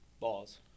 Balls